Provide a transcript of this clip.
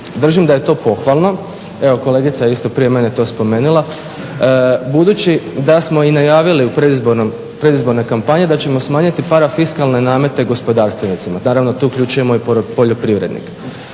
Držim da je to pohvalno, evo kolegica prije mene je to isto spomenula. Budući da smo i najavili u predizbornoj kampanji da ćemo smanjiti parafiskalne namete gospodarstvenicima naravno tu uključujemo i poljoprivrednike.